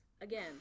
Again